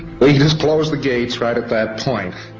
they just closed the gates right at that point.